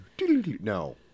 No